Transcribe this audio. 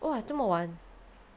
!wah! 这么晚